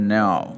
now